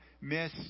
miss